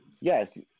yes